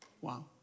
Wow